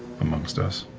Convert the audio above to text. amongst us.